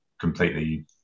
completely